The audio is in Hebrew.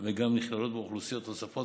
וגם נכללות בו אוכלוסיות נוספות,